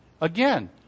Again